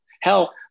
Hell